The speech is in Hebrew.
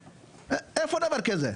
איפה דבר כזה?